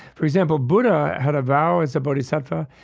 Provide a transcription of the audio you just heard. for example, buddha had a vow. as a bodhisattva,